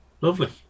Lovely